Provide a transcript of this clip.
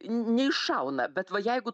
neiššauna bet va jeigu